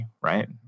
right